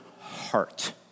heart